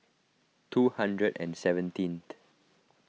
two hundred and seventeenth